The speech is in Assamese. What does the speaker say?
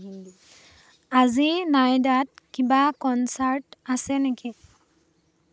আজি নয়দাত কিবা কনচাৰ্ট আছে নেকি